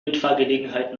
mitfahrgelegenheit